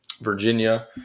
Virginia